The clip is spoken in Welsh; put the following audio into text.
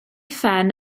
phen